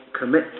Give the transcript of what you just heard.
commit